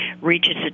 reaches